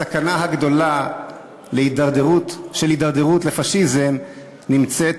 הסכנה הגדולה של הידרדרות לפאשיזם נמצאת